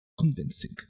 convincing